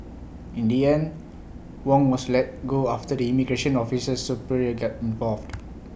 in the end Wong was let go after immigration officer's superior got involved